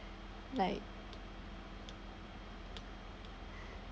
like